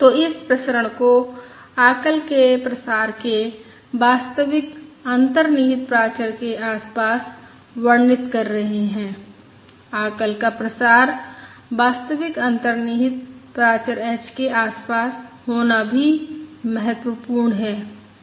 तो इस प्रसरण को आकल के प्रसार के वास्तविक अंतर्निहित प्राचर के आसपास वर्णित कर रहे हैं आकल का प्रसार वास्तविक अंतर्निहित प्राचर h के आसपास होना भी महत्वपूर्ण है हाँ